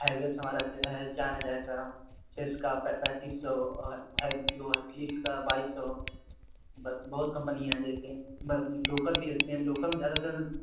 हेवेल्स हमारा जो है चार हज़ार का सिसका पैंतीस सौ है जो है फिलिप्स का बाईस सौ बस बहुत कंपनियाँ हैं जैसे लोकल भी रखते हैं लोकल में ज़्यादातर